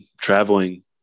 traveling